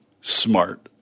smart